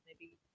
Maybe-